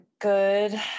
good